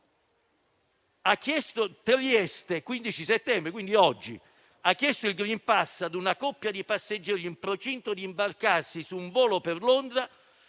oggi); ha chiesto il *green pass* a una coppia di passeggeri in procinto di imbarcarsi su un volo per Londra